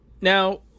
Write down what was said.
now